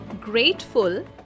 grateful